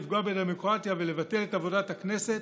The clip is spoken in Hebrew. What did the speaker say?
לפגוע בדמוקרטיה ולבטל את עבודת הכנסת?